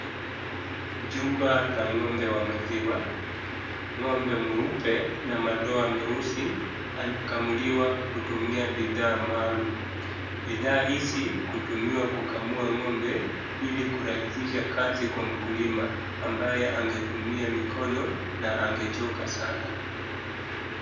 Jumba la ng'ombe wa maziwa, ng'ombe mweupe na madoa meusi anakamuliwa kutumia bidhaa maalum. Bidhaa hizi kutumiwa kukamua ng'ombe ilikurahisha kazi kwa mkulima ambaye angetumia mikono na angechoka sana.